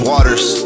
Waters